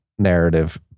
Narrative